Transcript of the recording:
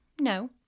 No